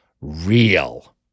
real